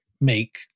make